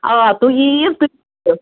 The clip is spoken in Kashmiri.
آ تُہۍ یِیُو